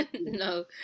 No